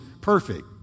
perfect